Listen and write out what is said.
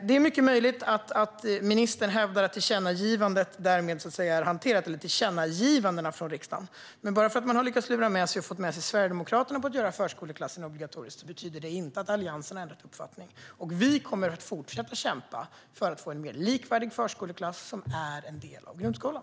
Det är mycket möjligt att ministern hävdar att tillkännagivandena från riksdagen härmed är hanterade, men att man har lyckats lura med sig Sverigedemokraterna på att göra förskoleklassen obligatorisk betyder inte att Alliansen har ändrat uppfattning. Vi kommer att fortsätta kämpa för att få en mer likvärdig förskoleklass som är en del av grundskolan.